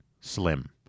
Slim